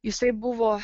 jisai buvo